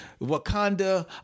Wakanda